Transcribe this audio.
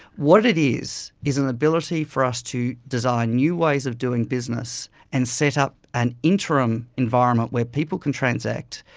what it is is an ability for us to design new ways of doing business and set up an interim environment where people can transact,